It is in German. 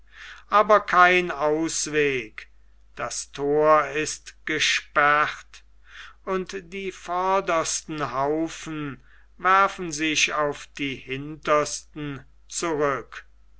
aber kein ausweg das thor ist gesperrt und die vordersten haufen werfen sich auf die hintersten zurück